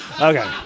Okay